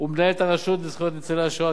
ומנהלת הרשות לזכויות ניצולי השואה,